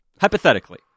Hypothetically